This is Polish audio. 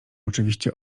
oczywiście